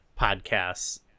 podcasts